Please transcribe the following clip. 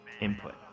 input